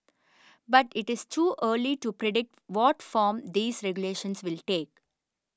but it is too early to predict what form these regulations will take